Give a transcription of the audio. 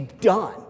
done